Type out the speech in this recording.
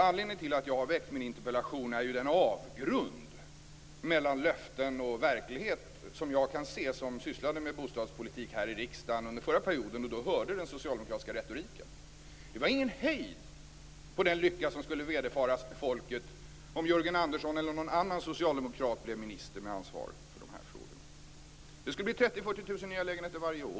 Anledningen till att jag har väckt min interpellation är den avgrund mellan löften och verklighet som jag kan se. Jag sysslade med bostadspolitik här i riksdagen under förra perioden och hörde då den socialdemokratiska retoriken. Det var ingen hejd på den lycka som skulle vederfaras folket om Jörgen Andersson eller någon annan socialdemokrat blev minister med ansvar för de här frågorna. Det skulle bli 30 000-40 000 nya lägenheter varje år.